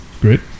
Great